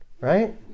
right